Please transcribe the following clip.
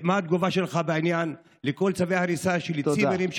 מה התגובה שלך בעניין כל צווי ההריסה של צימרים,